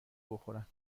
بخورم